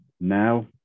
now